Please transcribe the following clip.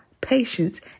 patience